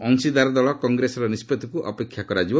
ଅଂଶୀଦାର ଦଳ କଂଗ୍ରେସର ନିଷ୍ପଭିକୁ ଅପେକ୍ଷା କରାଯିବ